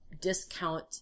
discount